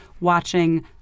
watching